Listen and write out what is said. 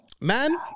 man